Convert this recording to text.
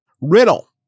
Riddle